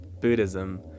Buddhism